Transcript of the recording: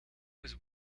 was